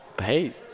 Hey